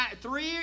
three